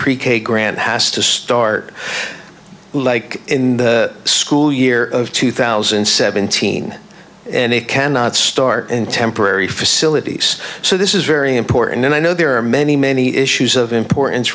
pre k grant has to start like in the school year of two thousand and seventeen and it cannot start in temporary facilities so this is very important and i know there are many many issues of importance